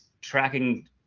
tracking